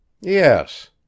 Yes